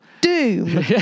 Doom